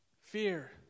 Fear